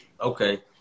Okay